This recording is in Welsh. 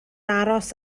aros